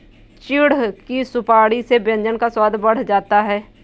चिढ़ की सुपारी से व्यंजन का स्वाद बढ़ जाता है